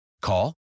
Call